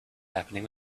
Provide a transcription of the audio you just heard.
happening